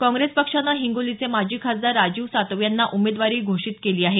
काँग्रेस पक्षानं हिंगोलीचे माजी खासदार राजीव सातव यांना उमेदवारी घोषित केली आहे